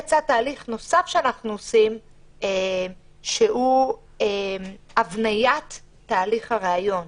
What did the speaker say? לצד תהליך נוסף שאנחנו עושים שהוא הבניית תהליך הראיון,